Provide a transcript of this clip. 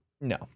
No